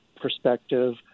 perspective